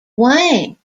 wing